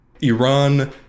Iran